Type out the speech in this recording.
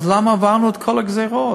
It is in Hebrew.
אז למה עברנו את כל הגזירות,